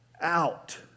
out